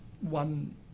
one